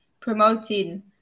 promoting